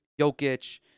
Jokic